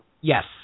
Yes